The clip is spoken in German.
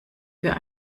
für